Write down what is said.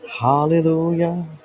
Hallelujah